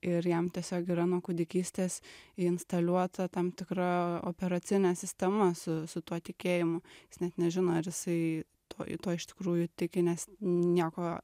ir jam tiesiog yra nuo kūdikystės įinstaliuota tam tikra operacinė sistema su su tuo tikėjimu jis net nežino ar jisai tuo tuo iš tikrųjų tiki nes nieko